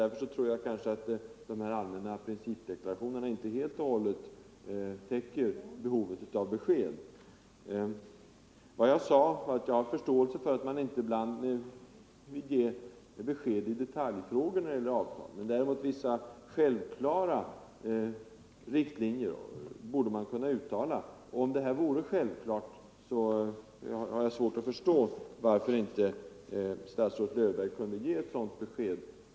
Därför anser jag inte att de här allmänna principdeklarationerna täcker behovet av besked. Jag sade att jag har förståelse för att man inte vill ge besked i detaljfrågor när det gäller avtal, men vissa självklara riktlinjer borde man kunna uttala sig för. Om det här vore självklart, har jag svårt att förstå varför inte statsrådet Löfberg kunde ge ett sådant besked.